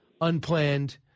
unplanned